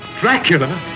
Dracula